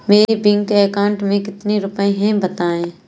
मेरे bank account में कितने रुपए हैं बताएँ?